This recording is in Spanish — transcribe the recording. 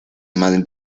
más